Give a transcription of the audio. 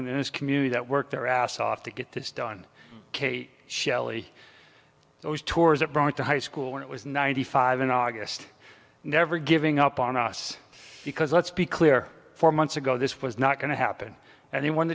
in this community that work their ass off to get this done kate shelley those tours abroad to high school when it was ninety five in august never giving up on us because let's be clear four months ago this was not going to happen and the one